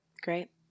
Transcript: Great